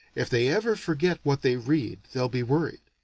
if they ever forget what they read, they'll be worried.